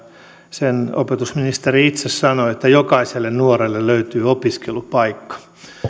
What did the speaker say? sen opetusministeri itse sanoi että jokaiselle nuorelle löytyy opiskelupaikka